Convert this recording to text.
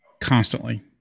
constantly